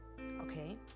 okay